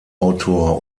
autor